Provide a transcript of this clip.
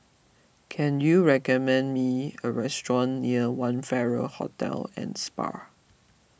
can you recommend me a restaurant near one Farrer Hotel and Spa